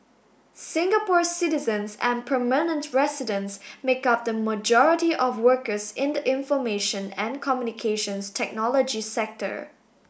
Singapore citizens and permanent residents make up the majority of workers in the information and Communications Technology sector